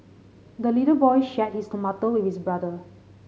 the little boy shared his tomato with his brother